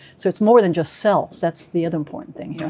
so it's more than just cells. that's the other important thing yeah